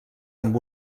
amb